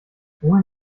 wohin